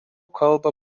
kalba